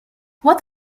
what